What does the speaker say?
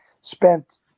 spent